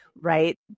right